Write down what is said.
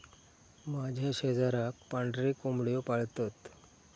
माझ्या शेजाराक पांढरे कोंबड्यो पाळतत